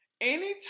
Anytime